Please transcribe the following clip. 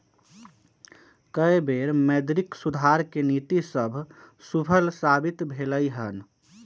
कय बेर मौद्रिक सुधार के नीति सभ सूफल साबित भेलइ हन